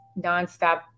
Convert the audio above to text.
nonstop